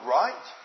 right